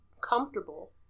comfortable